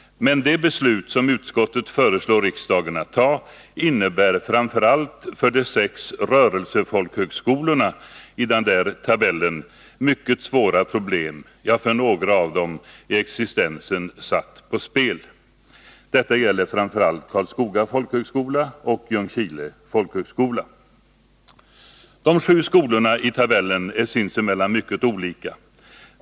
Men det beslut som utskottet föreslår riksdagen att ta innebär framför allt för de sex rörelsefolkhögskolorna i den nämnda tabellen mycket svåra problem — ja, för några av dem är existensen satt på spel. Detta gäller framför allt Karlskoga folkhögskola och Ljungskile folkhögskola. De sju skolorna i tabellen är sinsemellan mycket olika.